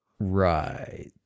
Right